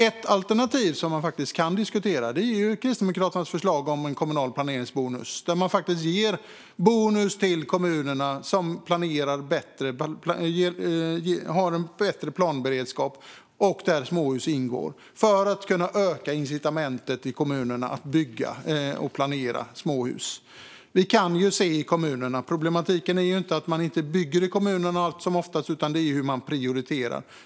Ett alternativ som kan diskuteras är Kristdemokraternas förslag om en kommunal planeringsbonus, där bonus ges till kommuner som har en bättre planberedskap, där småhus ingår, för att öka incitamenten i kommunerna att bygga och planera småhus. Vi kan se att problematiken i kommunerna oftast inte gäller att man inte bygger där utan hur man prioriterar.